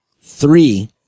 three